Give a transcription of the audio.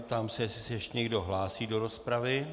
Ptám se, jestli se ještě někdo hlásí do rozpravy.